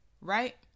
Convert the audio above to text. Right